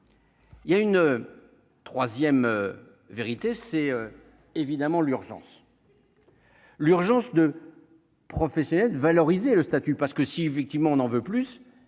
il y a une troisième vérité, c'est évidemment l'urgence. L'urgence de professionnels valoriser le statut parce que si effectivement on n'en veut plus,